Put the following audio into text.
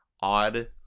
odd